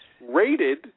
Rated